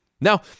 Now